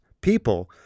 people